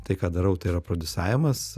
tai ką darau tai yra prodiusavimas